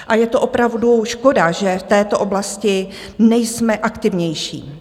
A je to opravdu škoda, že v této oblasti nejsme aktivnější.